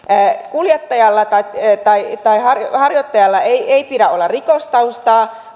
kuljettajalla tai tai harjoittajalla ei ei pidä olla rikostaustaa